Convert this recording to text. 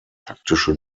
taktische